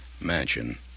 Mansion